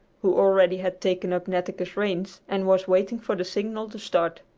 who already had taken up netteke's reins and was waiting for the signal to start.